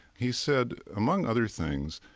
he said, among other things,